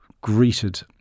greeted